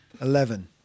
Eleven